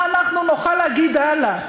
מה אנחנו נוכל להגיד הלאה?